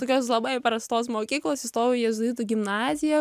tokios labai prastos mokyklos įstojau į jėzuitų gimnaziją